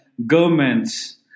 Governments